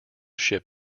ship